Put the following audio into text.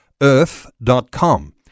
Earth.com